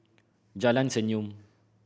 Jalan Senyum